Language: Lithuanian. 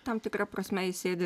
tam tikra prasme jis sėdi